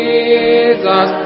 Jesus